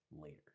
later